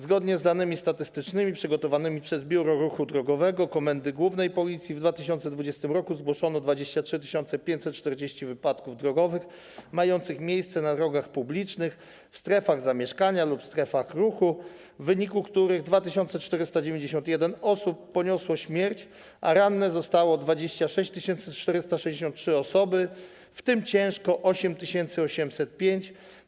Zgodnie z danymi statystycznymi przygotowanymi przez Biuro Ruchu Drogowego Komendy Głównej Policji w 2020 r. zgłoszono 23 540 wypadków drogowych mających miejsce na drogach publicznych, w strefach zamieszkania lub w strefach ruchu, w wyniku których 2491 osób poniosło śmierć, a ranne zostały 26 463 osoby, w tym ciężko ranne - 8805.